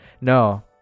no